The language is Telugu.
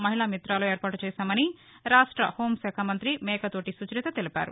మహిళా మిత్రలు ఏర్పాటు చేశామని రాష్ట హోంశాఖ మంతి మేకతోటి సుచరిత తెలిపారు